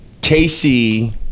KC